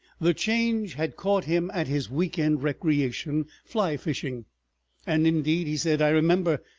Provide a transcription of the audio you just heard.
the change had caught him at his week-end recreation, fly-fishing and, indeed, he said, i remember,